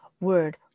word